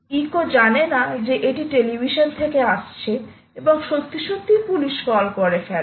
eco জানেনা যে এটা টেলিভিশন থেকে আসছে এবং সত্যি সত্যি পুলিশ কল করে ফেলে